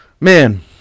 Man